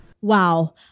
Wow